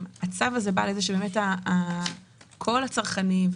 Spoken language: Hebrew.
כל הצרכנים,